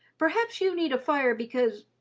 perhaps you need a fire because,